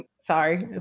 sorry